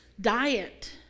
diet